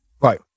Right